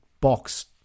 box